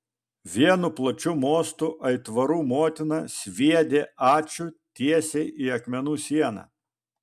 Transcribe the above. vienu plačiu mostu aitvarų motina sviedė ačiū tiesiai į akmenų sieną